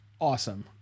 awesome